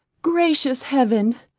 gracious heaven!